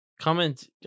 comment